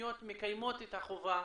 המקומיות מקיימות את החובה